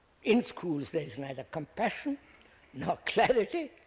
in schools, there is neither compassion nor clarity,